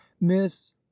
miss